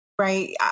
Right